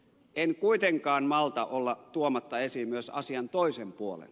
en kuitenkaan malta olla tuomatta esiin myös asian toisen puolen